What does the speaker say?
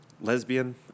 lesbian